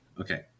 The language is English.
Okay